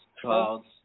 clouds